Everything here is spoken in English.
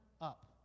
up